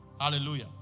Hallelujah